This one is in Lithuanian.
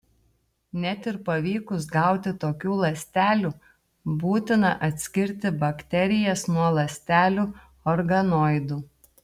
net ir pavykus gauti tokių ląstelių būtina atskirti bakterijas nuo ląstelių organoidų